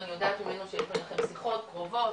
אבל אני יודעת ממנו שהיו ביניכם שיחות קרובות,